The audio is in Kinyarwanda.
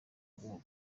rwo